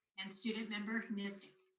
and student member kniznik.